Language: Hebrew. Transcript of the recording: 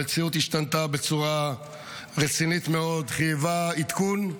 המציאות השתנתה בצורה רצינית מאוד, חייבה עדכון.